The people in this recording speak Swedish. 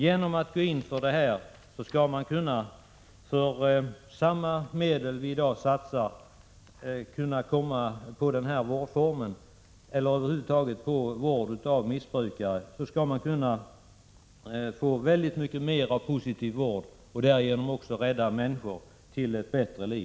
Genom att gå in för detta system när det gäller vård av missbrukare kan man, enligt vår mening, med samma medel som vi i dag satsar få mycket mer av positiv vård och därigenom också rädda människor till ett bättre liv.